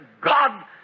God